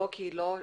כן.